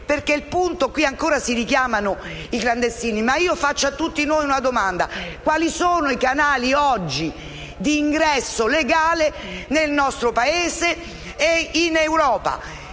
totale. Qui ancora si richiamano i clandestini, ma io rivolgo a tutti noi una domanda: quali sono oggi i canali di ingresso legale nel nostro Paese e in Europa?